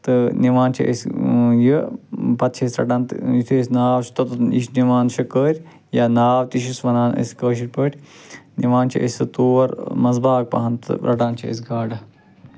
تہٕ نِوان چھِ أسۍ یہِ پتہٕ چھِ أسۍ رٹان تہٕ یِتھُے أسۍ ناو چھِ توٚتن نِش نِوان شکٲرۍ یا ناو تہِ چھِس ونان أسۍ کٲشرۍ پٲٹھی نِوان چھِ أسۍ سُہ تور منٛزٕ باگ پہن تہٕ رٹان چھِ أسۍ گاڈٕ